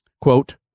quote